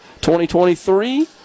2023